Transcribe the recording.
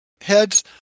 heads